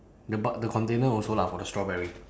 the buc~ the container also lah for the strawberry